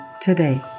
today